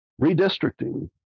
Redistricting